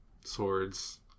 swords